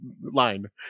line